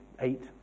eight